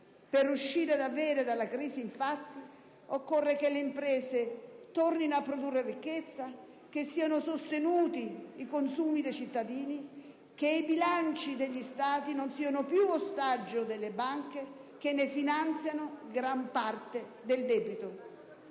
Per uscire davvero dalla crisi, infatti, occorre che le imprese tornino a produrre ricchezza, che siano sostenuti i consumi dei cittadini, che i bilanci degli Stati non siano più ostaggio delle banche che ne finanziano gran parte del debito.